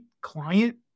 client